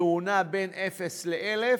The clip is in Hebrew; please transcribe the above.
שנע בין אפס ל-1,000,